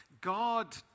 God